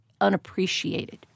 unappreciated